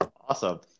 Awesome